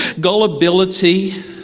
gullibility